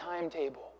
timetable